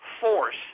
force